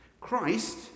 Christ